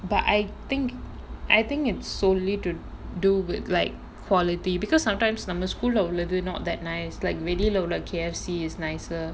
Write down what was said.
but I think I think it's solely to do with like quality because sometimes நம்ம:namma school leh உள்ளது:ullathu know that nice like வெளில உள்ள:velila ulla K_F_C is nicer